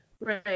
Right